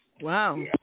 wow